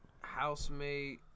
housemate